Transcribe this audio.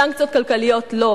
סנקציות כלכליות לא,